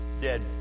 dead